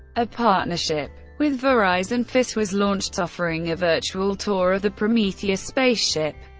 a partnership with verizon and fios was launched, offering a virtual tour of the prometheus spaceship.